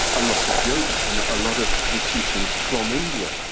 a lot of yoga and a lot of the teachings from india.